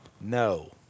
no